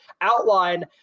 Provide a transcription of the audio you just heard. outline